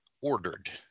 ordered